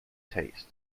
taste